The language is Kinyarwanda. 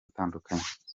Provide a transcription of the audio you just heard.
atandukanye